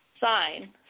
Sign